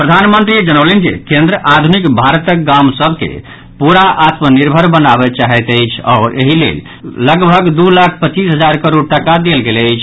प्रधानमंत्री जनौलनि जे केन्द्र आधुनिक भारतक गाम सभ के पूरा आत्मनिर्भर बनाबय चाहैत अछि आओर एहि लेल लगभग दू लाख पच्चीस हजार करोड़ टाका देल गेल अछि